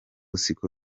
siko